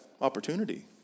opportunity